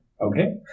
Okay